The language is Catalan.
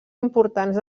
importants